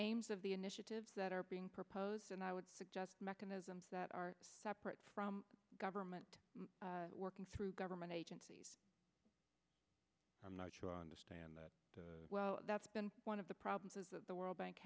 aims of the initiatives that are being proposed and i would suggest mechanisms that are separate from government working through government agencies i'm not sure i understand that well that's been one of the problems is that the world bank